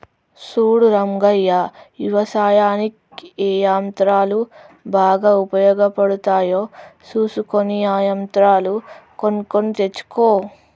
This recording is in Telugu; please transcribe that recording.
సూడు రంగయ్య యవసాయనిక్ ఏ యంత్రాలు బాగా ఉపయోగపడుతాయో సూసుకొని ఆ యంత్రాలు కొనుక్కొని తెచ్చుకో